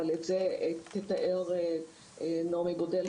אבל את זה תתאר נעמי בודל,